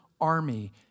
army